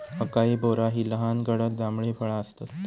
acai berry ही लहान गडद जांभळी फळा आसतत